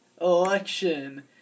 election